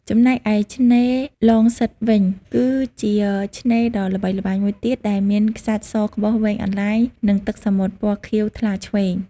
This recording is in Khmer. ចំណែកឯ ឆ្នេរឡងសិតវិញ គឺជាឆ្នេរដ៏ល្បីល្បាញមួយទៀតដែលមានខ្សាច់សក្បុសវែងអន្លាយ និងទឹកសមុទ្រពណ៌ខៀវថ្លាឆ្វេង។